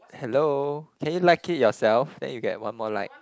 hello can you like it yourself then you get one more like